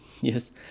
yes